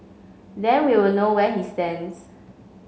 then we will know where he stands